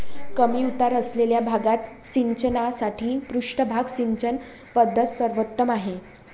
कमी उतार असलेल्या भागात सिंचनासाठी पृष्ठभाग सिंचन पद्धत सर्वोत्तम आहे